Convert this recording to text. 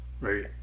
Right